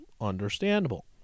Understandable